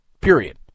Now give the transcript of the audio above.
period